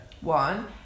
One